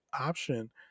option